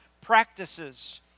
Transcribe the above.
practices